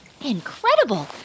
Incredible